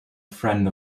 friend